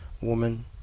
woman